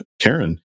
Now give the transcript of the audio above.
Karen